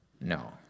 No